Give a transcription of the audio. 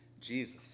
Jesus